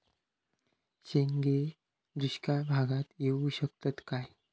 शेंगे दुष्काळ भागाक येऊ शकतत काय?